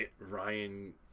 Ryan